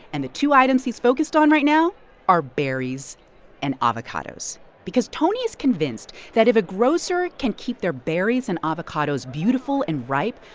and the two items he's focused on right now are berries and avocados because tony is convinced that if a grocer can keep their berries and avocados beautiful and ripe,